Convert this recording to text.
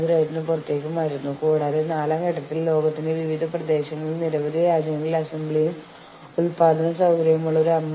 മാനേജുമെന്റിന് ഒരു മുകളിലേ തലങ്ങളിലേക്കുള്ള ആശയവിനിമയ ചാനലായി ജോലികളുമായോ കമ്പനിയുടെ നയങ്ങളുമായോ ഉള്ള ജീവനക്കാരുടെ അതൃപ്തിയുടെ ഉറവിടങ്ങൾ നിരീക്ഷിക്കാനും ശരിയാക്കാനും പരാതി നടപടിക്രമം ഉപയോഗിക്കാം